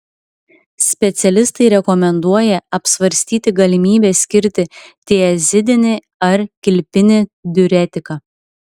specialistai rekomenduoja apsvarstyti galimybę skirti tiazidinį ar kilpinį diuretiką